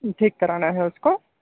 ठीक कराना है उसको